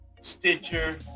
Stitcher